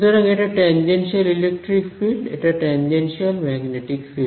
সুতরাং এটা tangential electric field এটা টেনজেনশিয়াল ম্যাগনেটিক ফিল্ড